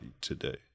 today